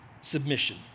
submission